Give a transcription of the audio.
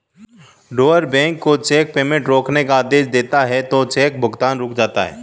drawer bank को cheque payment रोकने का आदेश देता है तो चेक भुगतान रुक जाता है